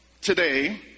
today